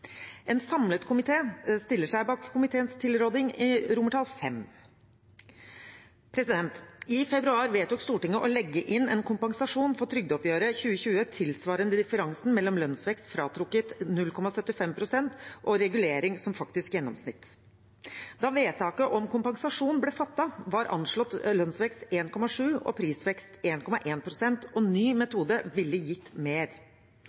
februar vedtok Stortinget å legge inn en kompensasjon for trygdeoppgjøret 2020 tilsvarende differansen mellom lønnsvekst fratrukket 0,75 pst. og regulering som faktisk gjennomsnitt. Da vedtaket om kompensasjon ble fattet, var anslått lønnsvekst på 1,7 pst. og prisvekst på 1,1 pst., og ny metode ville gitt mer.